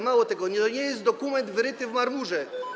Mało tego, to nie jest dokument wyryty w marmurze.